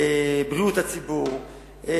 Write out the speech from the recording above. בריאות הציבור,